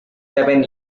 seven